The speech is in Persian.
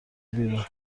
بیرون